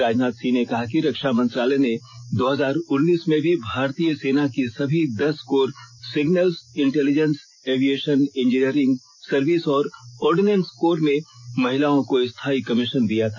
राजनाथ सिंह ने कहा कि रक्षा मंत्रालय ने दो हजार उन्नीस में भी भारतीय सेना की सभी दस corps signals intelligence aviation engineering service और ऑर्डनेंस कोर में महिलाओं को स्थायी कमीशन दिया था